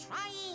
trying